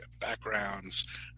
backgrounds